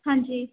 ਹਾਂਜੀ